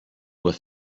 with